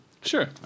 Sure